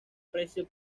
precio